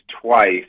twice